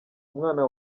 umwana